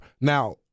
now